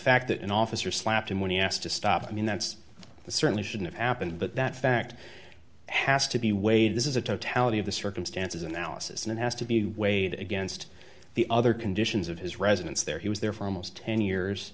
fact that an officer slapped him when he asked to stop i mean that's the certainly shouldn't have happened but that fact has to be weighed this is a totality of the circumstances analysis and it has to be weighed against the other conditions of his residence there he was there for almost ten years